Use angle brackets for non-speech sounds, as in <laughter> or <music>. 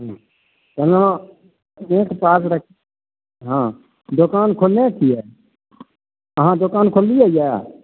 ओना एक <unintelligible> हँ दोकान खोलने छियै अहाँ दोकान खोललियै